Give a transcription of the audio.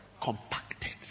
Compacted